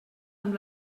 amb